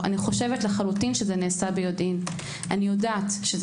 אני חושבת שזה נעשה ביודעיו, יודעת זאת.